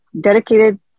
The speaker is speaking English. dedicated